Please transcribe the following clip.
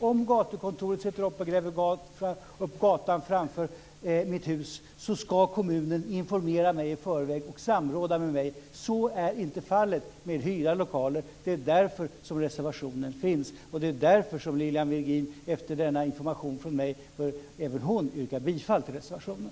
Om gatukontoret sätter i gång med att gräva i gatan framför mitt hus, ska kommunen informera mig och samråda med mig i förväg. Så är inte fallet med hyrda lokaler. Det är därför som reservationen har avgivits. Efter denna information från mig bör även Lilian Virgin yrka bifall till reservationen.